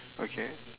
okay